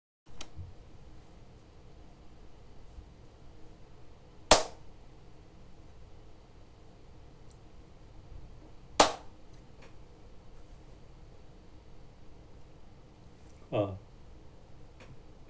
uh